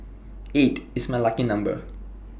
eight is my lucky number